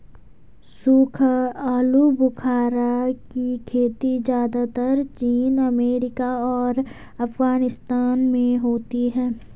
सूखा आलूबुखारा की खेती ज़्यादातर चीन अमेरिका और अफगानिस्तान में होती है